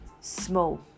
small